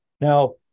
Now